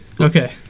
Okay